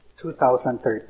2013